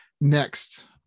next